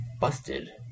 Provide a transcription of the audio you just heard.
busted